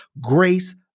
grace